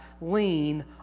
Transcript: lean